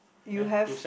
you have